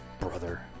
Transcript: brother